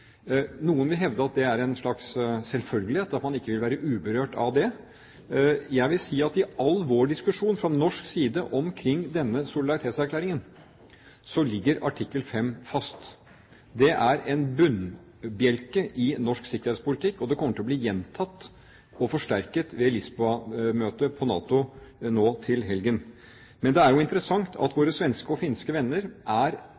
Noen vil hevde at det er en slags selvfølgelighet at man ikke vil være uberørt av det. Jeg vil si at i all vår diskusjon fra norsk side omkring denne solidaritetserklæringen ligger artikkel 5 fast. Det er en bunnbjelke i norsk sikkerhetspolitikk, og det kommer til å bli gjentatt og forsterket ved Lisboa-møtet i NATO nå til helgen. Men det er jo interessant at våre svenske og finske venner er